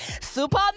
Super